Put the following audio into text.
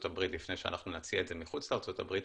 הברית לפני שאנחנו נציע את זה מחוץ לארצות הברית.